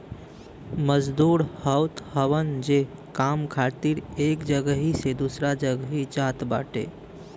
मजदूर होत हवन जे काम खातिर एक जगही से दूसरा जगही जात बाटे